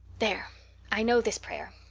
there i know this prayer.